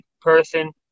person